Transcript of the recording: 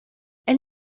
elle